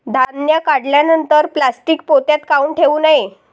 धान्य काढल्यानंतर प्लॅस्टीक पोत्यात काऊन ठेवू नये?